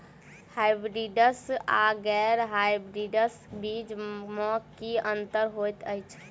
Hybrids आ गैर hybrids बीज म की अंतर होइ अछि?